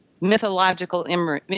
mythological